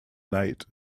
night